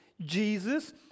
Jesus